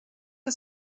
que